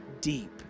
deep